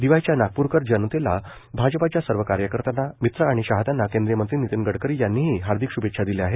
दिवाळीच्या नागपूरकर जनतेला भाजपाच्या सर्व कार्यकर्त्यांना मित्र आणि चाहत्यांना केंद्रीय मंत्री नितीन गडकरी यांनीही हार्दिक श्भेच्छा दिल्या आहेत